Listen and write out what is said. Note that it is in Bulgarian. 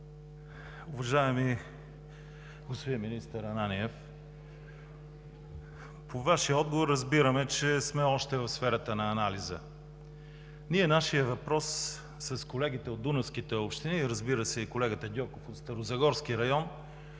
Уважаеми господин министър Ананиев, по Вашия отговор разбираме, че сме още в сферата на анализа. Ние нашия въпрос с колегите от дунавските общини и, разбира се, с колегата Гьоков от старозагорския район